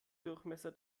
durchmesser